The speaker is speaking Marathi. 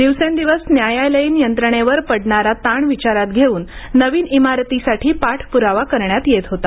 दिवसेंदिवस न्यायालयीन यंत्रणेवर पडणारा ताण विचारात घेऊन नवीन इमारतीसाठी पाठप्रावा करण्यात येत होता